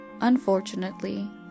unfortunately